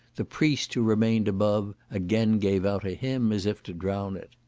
the priest who remained above, again gave out a hymn as if to drown it.